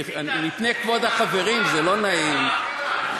מפני כבוד החברים זה לא נעים,